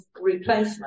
replacement